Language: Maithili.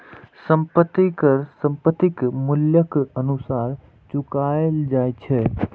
संपत्ति कर संपत्तिक मूल्यक अनुसार चुकाएल जाए छै